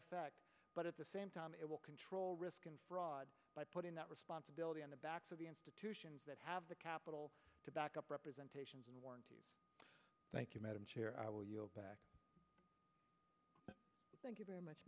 effect but at the same time it will control risk and fraud by putting that responsibility on the backs of the institutions that have the capital to back up representations and thank you madam chair i will yield back thank you very much